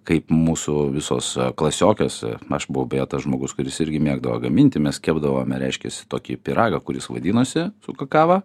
kaip mūsų visos klasiokės aš buvau beje tas žmogus kuris irgi mėgdavo gaminti mes kepdavome reiškiasi tokį pyragą kuris vadinosi su kakava